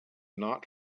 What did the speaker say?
not